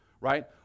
right